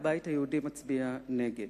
הבית היהודי מצביע נגד.